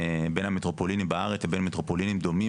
בין המטרופולינים בארץ לבין מטרופולינים דומים